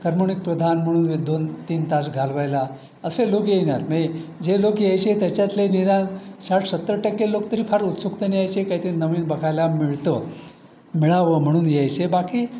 करमणूकप्रधान म्हणून दोन तीन तास घालवायला असे लोक येईनात म्हणजे जे लोक यायचे त्याच्यातले निदान साठ सत्तर टक्के लोक तरी फार उत्सुकतेने यायचे काहीतरी नवीन बघायला मिळतं मिळावं म्हणून यायचे बाकी